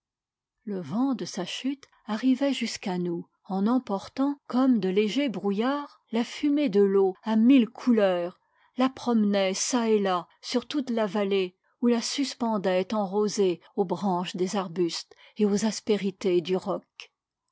le vent de sa chute arrivait jusqu'à nous en emportant comme de légers brouillards la fumée de l'eau à mille couleurs la promenait çà et là sur toute la vallée ou la suspendait en rosée aux branches des arbustes et aux aspérités du roc